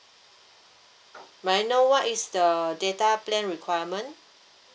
may I know what is the data plan requirement